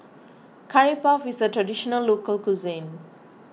Curry Puff is a Traditional Local Cuisine